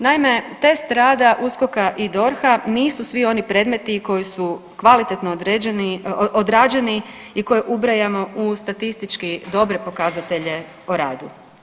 Naime, test rada USKOK-a i DORH-a nisu svi oni predmeti koji su kvalitetno odrađeni i koje ubrajamo u statistički dobre pokazatelje o radu.